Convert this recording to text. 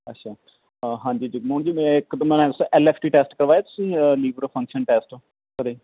ਅੱਛਾ ਹਾਂਜੀ ਜਗਮੋਹਨ ਜੀ ਮੈਂ ਇੱਕ ਐਲ ਐਫ ਟੀ ਟੈਸਟ ਕਰਵਾਏ ਤੁਸੀਂ ਲੀਬਰ ਫੰਕਸ਼ਨ ਟੈਸਟ ਕਦੇ